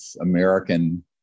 american